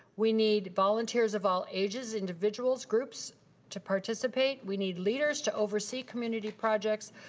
we need volunteers of all ages. individuals, groups to participate. we need leaders to oversee community projects.